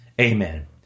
amen